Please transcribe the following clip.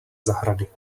zahrady